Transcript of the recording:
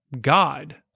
God